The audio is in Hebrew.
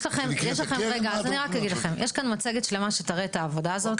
יש כאן מצגת שלמה שתראה את העבודה הזאת.